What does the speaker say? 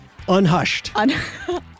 Unhushed